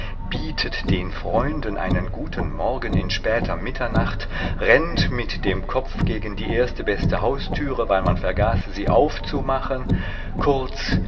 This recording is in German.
bietet den freunden einen guten morgen in später mitternacht rennt mit dem kopf gegen die erste beste haustüre weil man vergaß sie aufzumachen kurz